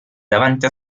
davanti